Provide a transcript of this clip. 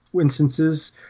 instances